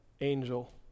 angel